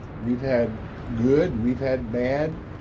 we've had good, we've had bad,